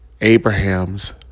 abraham's